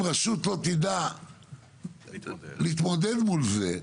אם רשות לא תדע להתמודד מול זה,